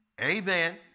Amen